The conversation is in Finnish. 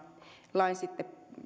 sitten